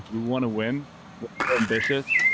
we want to win. we're ambitious,